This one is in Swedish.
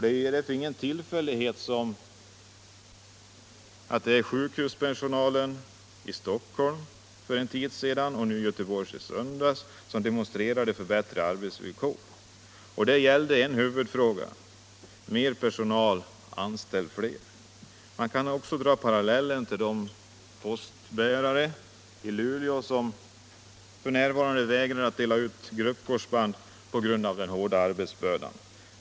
Det är därför ingen tillfällighet att sjukhuspersonalen i Stockholm för en tid sedan och i Göteborg i söndags demonstrerade för bättre arbetsvillkor. Det gällde en huvudfråga: Mer personal — anställ fler! Man kan också dra parallellen till de brevbärare i Luleå som f. n. vägrar dela ut gruppkorsband på grund av den hårda arbetsbördan.